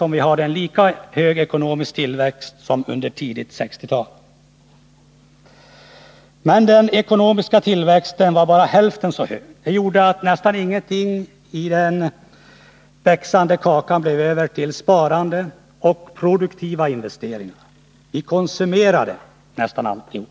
om vi hade en lika hög ekonomisk tillväxt som under 1960-talet. Men den ekonomiska tillväxten var bara hälften så hög. Det gjorde att nästan ingenting av den växande kakan blev över till sparande och produktiva investeringar. Vi konsumerade nästan alltihop.